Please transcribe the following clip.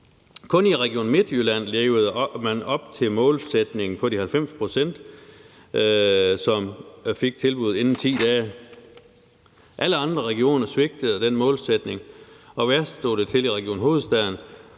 Kun i Region Midtjylland levede man op til målsætningen om 90 pct., som fik tilbuddet inden 10 dage. Alle andre regioner svigtede den målsætning, og værst stod det til i Region Hovedstaden,